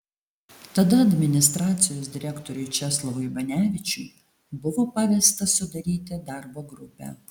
tada administracijos direktoriui česlovui banevičiui buvo pavesta sudaryti darbo grupę